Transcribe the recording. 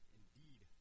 indeed